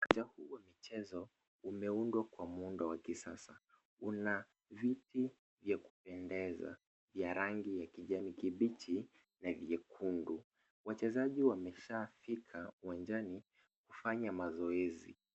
Uwanja huu wa michezo umeundwa kwa muundo wa kisasa. Una viti vya kupendeza vya rangi ya kijani kibichi na vyekundu. Wachezaji wameshafika uwanjani kufanya mazoezi.